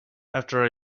after